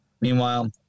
Meanwhile